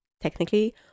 technically